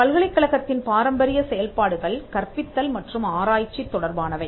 பல்கலைக்கழகத்தின் பாரம்பரிய செயல்பாடுகள் கற்பித்தல் மற்றும் ஆராய்ச்சி தொடர்பானவை